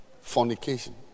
Fornication